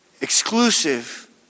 exclusive